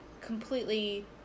completely